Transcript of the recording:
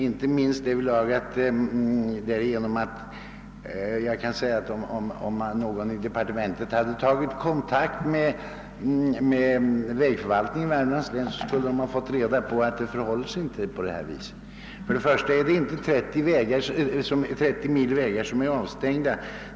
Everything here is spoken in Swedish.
Om någon i kommunikationsdepartementet hade tagit kontakt med vägförvaltningen i Värmlands län, så skulle man ha fått besked om att det inte förhåller sig så som det står i svaret. Först och främst är det inte bara 30 mil vägar som är avstängda.